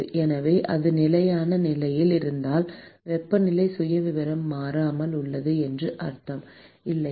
எனவே அது நிலையான நிலையில் இருந்தால் வெப்பநிலை சுயவிவரம் மாறாமல் உள்ளது என்று அர்த்தம் இல்லையா